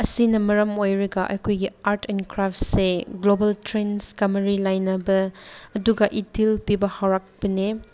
ꯑꯁꯤꯅ ꯃꯔꯝ ꯑꯣꯏꯔꯒ ꯑꯩꯈꯣꯏꯒꯤ ꯑꯥꯔꯠ ꯑꯦꯟ ꯀ꯭ꯔꯥꯐꯁꯦ ꯒ꯭ꯂꯣꯕꯜ ꯇ꯭ꯔꯦꯟꯁꯀ ꯃꯔꯤ ꯂꯩꯅꯕ ꯑꯗꯨꯒ ꯏꯊꯤꯜ ꯄꯤꯕ ꯍꯧꯔꯛꯄꯅꯦ